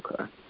Okay